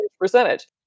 percentage